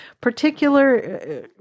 particular